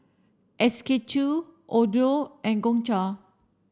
S K two Odlo and Gongcha